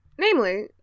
Namely